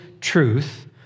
truth